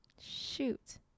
Shoot